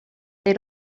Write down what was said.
they